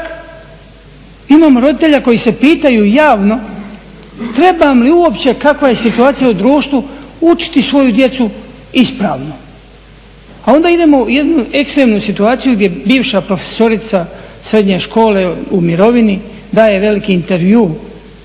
čak imamo roditelja koji se pitaju javno trebam li uopće, kakva je situacija u društvu, učiti svoju djecu ispravno? A onda idemo u jednu ekstremnu situaciju gdje bivša profesorica srednje škole u mirovini daje veliki intervju